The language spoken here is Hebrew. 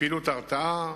מפעילות הרתעה,